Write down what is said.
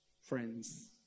friends